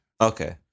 Okay